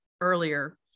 earlier